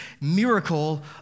miracle